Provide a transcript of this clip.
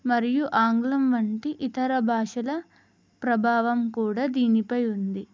మరియు ఆంగ్లం వంటి ఇతర భాషల ప్రభావం కూడా దీనిపై ఉంది